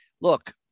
look